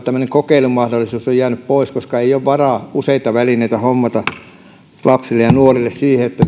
tämmöinen kokeilun mahdollisuus on jäänyt pois koska ei ole varaa useita välineitä hommata lapsille ja nuorille että